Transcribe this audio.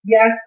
Yes